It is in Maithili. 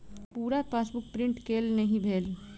पूरा पासबुक प्रिंट केल नहि भेल